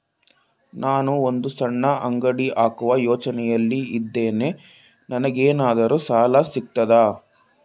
ನಾನು ಒಂದು ಸಣ್ಣ ಅಂಗಡಿ ಹಾಕುವ ಯೋಚನೆಯಲ್ಲಿ ಇದ್ದೇನೆ, ನನಗೇನಾದರೂ ಸಾಲ ಸಿಗ್ತದಾ?